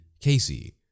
Casey